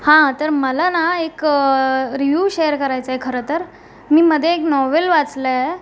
हां तर मला ना एक रिव्यू शेअर करायचा आहे खरंतर मी मध्ये एक नॉवेल वाचलं आहे